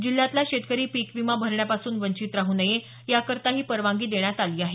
जिल्ह्यातला शेतकरी पिक विमा भरण्यापासून वंचित राहू नये याकरता ही परवानगी देण्यात आली आहे